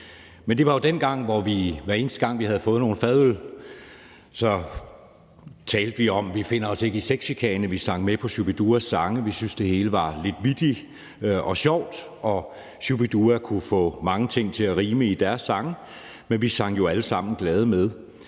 Men det var jo dengang, hvor vi, hver eneste gang vi havde fået nogle fadøl, sagde: »Vi finder os ikke i sexchikane«. Vi sang med på Shu-bi-duas sang, og vi syntes, det hele var lidt vittigt og sjovt. Shu-bi-dua kunne få mange ting til at rime i deres sange, men vi sang jo alle sammen gladeligt med.